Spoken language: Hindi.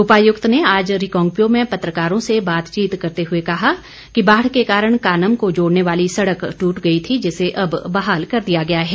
उपायुक्त ने आज रिकांगपिओ में पत्रकारों से बातचीत करते हुए कहा कि बाढ़ के कारण कानम को जोड़ने वाली सड़क ट्रूट गई थी जिसे अब बहाल कर दिया गया है